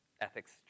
ethics